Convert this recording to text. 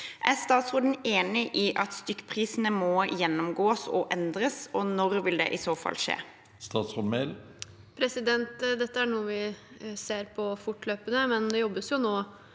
Er statsråden enig i at stykkprisene må gjennomgås og endres, og når vil det i så fall skje? Statsråd Emilie Mehl Dette er noe vi ser på fortløpende. Det jobbes nå